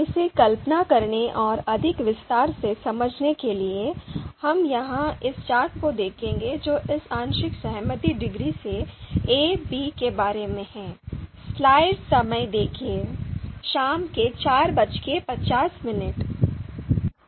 इसे कल्पना करने और अधिक विस्तार से समझने के लिए हम यहां इस चार्ट को देखेंगे जो इस आंशिक सहमति डिग्री सीab के बारे में है